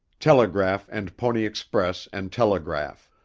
telegraph and pony express and telegraph.